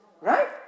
Right